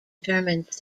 determines